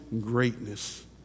greatness